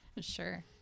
Sure